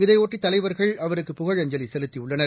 இதையொட்டிதலைவர்கள் அவருக்கு புகழஞ்சலிசெலுத்தியுள்ளனர்